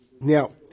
Now